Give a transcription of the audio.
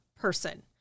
person